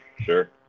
sure